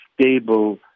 stable